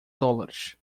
dólares